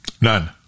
None